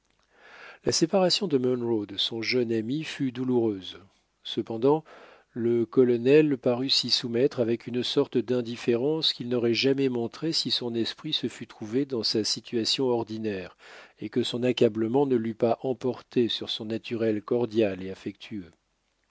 la séparation de munro et de son jeune ami fut douloureuse cependant le colonel parut s'y soumettre avec une sorte d'indifférence qu'il n'aurait jamais montrée si son esprit se fût trouvé dans sa situation ordinaire et que son accablement ne l'eût pas emporté sur son naturel cordial et affectueux